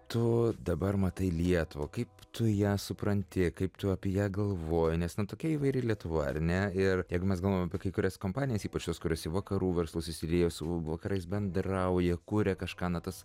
tu dabar matai lietuvą kaip tu ją supranti kaip tu apie ją galvoji nes nu tokia įvairi lietuva ar ne ir jeigu mes galvojam apie kai kurias kompanijas ypač tos kurios į vakarų verslus įsiliejo su vakarais bendrauja kuria kažką na tas